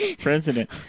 president